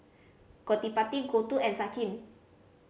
Gottipati Gouthu and Sachin